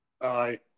Aye